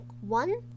One